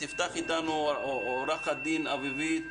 תפתח עורכת הדין אביבית